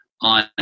on